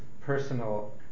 personal